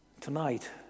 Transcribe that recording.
tonight